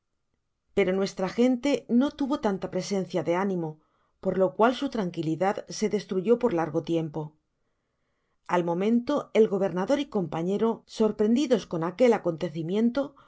pero nuestra gente no tuvo tanta presencia de ánimo por lo cual su tranquilidad se destruyó por largo tiempo al momento el gobernador y su conipañero sorprendidos con aquel acontecimiento